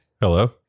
Hello